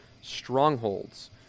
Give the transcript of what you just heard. strongholds